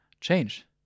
change